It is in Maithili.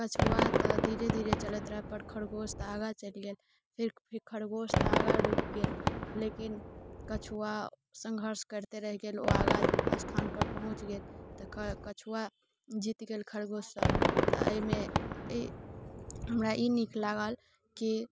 कछुआ तऽ धीरे धीरे चलैत रहै पर खरगोश तऽ आगाँ चलि गेल फिर भी खरगोश तऽ आगाँ रुकि गेल लेकिन कछुआ संघर्ष करिते रहि गेल ओ आगाँ स्थानपर पहुँच गेल तखन कछुआ जीत गेल खरगोशसँ तऽ एहिमे ई हमरा ई नीक लागल कि